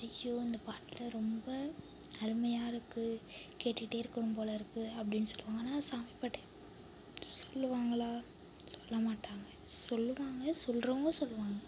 ஐயோ இந்த பாட்டு ரொம்ப அருமையாயிருக்கு கேட்டுகிட்டேருக்கணும் போல் இருக்கு அப்படின்னு சொல்வாங்க ஆனால் சாமி பாட்டை சொல்வாங்களா சொல்லமாட்டாங்க சொல்வாங்க சொல்றவங்க சொல்வாங்க